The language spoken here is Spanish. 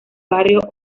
barrio